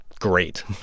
great